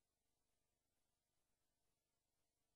סליחה, למזלנו,